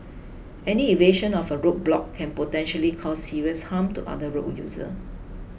any evasion of a road block can potentially cause serious harm to other road users